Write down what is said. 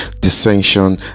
dissension